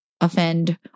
offend